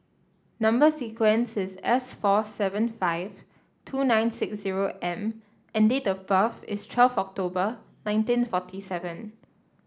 number sequence is S four seven five two nine six zero M and date of birth is twelfth October nineteen forty seven